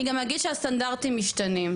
אני גם אגיד שהסטנדרטים משתנים,